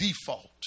default